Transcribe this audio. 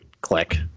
click